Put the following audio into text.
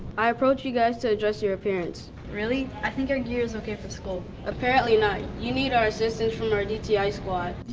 i approached you guys to address your appearance. really, i think our gear is okay for school. apparently not. you need our assistance from our dti dti squad.